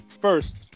First